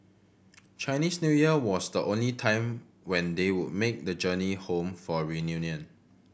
Chinese New Year was the only time when they would make the journey home for a reunion